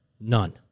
None